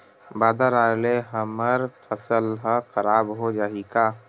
बादर आय ले हमर फसल ह खराब हो जाहि का?